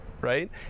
Right